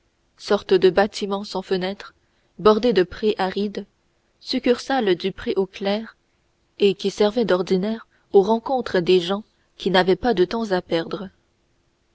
sorte de bâtiment sans fenêtres bordé de prés arides succursale du préaux clercs et qui servait d'ordinaire aux rencontres des gens qui n'avaient pas de temps à perdre